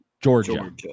Georgia